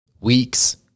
weeks